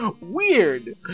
Weird